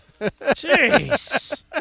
jeez